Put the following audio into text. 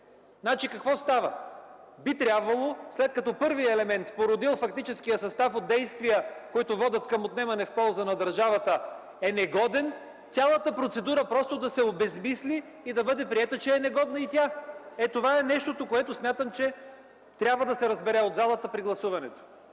Какво става? Би трябвало, след като първият елемент, породил фактическия състав от действия, които водят към отнемане в полза на държавата, е негоден, цялата процедура просто да се обезсмисли и да бъде прието, че е негодна и тя! Това е нещото, което смятам, че трябва да се разбере от залата при гласуването.